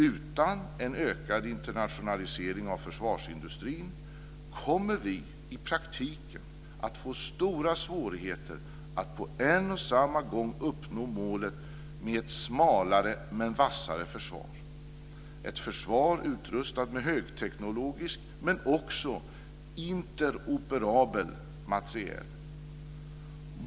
Utan en ökad internationalisering av försvarsindustrin kommer vi i praktiken att få stora svårigheter att på en och samma gång uppnå målet med ett smalare, men vassare försvar - ett försvar utrustat med högteknologisk, men också interoperabel materiel.